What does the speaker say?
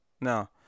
No